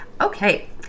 Okay